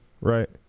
right